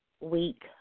week